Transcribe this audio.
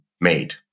made